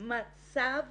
מצב